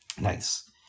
Nice